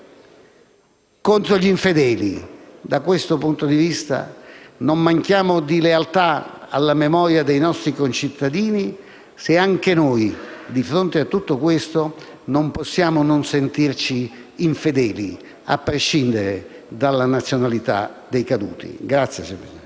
contro gli infedeli. Da questo punto di vista, non manchiamo di lealtà alla memoria dei nostri concittadini se anche noi, di fronte a tutto questo, non possiamo non sentirci infedeli, a prescindere dalla nazionalità dei caduti. *(Applausi dai